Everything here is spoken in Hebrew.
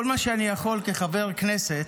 כל מה שאני יכול כחבר כנסת,